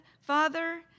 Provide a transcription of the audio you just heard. Father